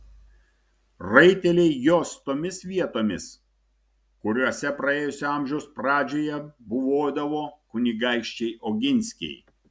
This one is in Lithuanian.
raiteliai jos tomis vietomis kuriose praėjusio amžiaus pradžioje buvodavo kunigaikščiai oginskiai